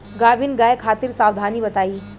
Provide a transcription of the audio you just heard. गाभिन गाय खातिर सावधानी बताई?